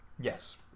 Yes